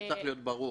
זה צריך להיות ברור.